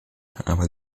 aber